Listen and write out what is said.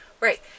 Right